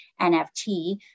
NFT